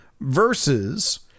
versus